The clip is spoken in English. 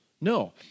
No